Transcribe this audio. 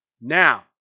now